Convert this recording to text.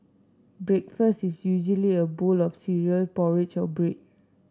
breakfast is usually a bowl of cereal porridge or bread